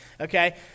okay